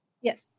yes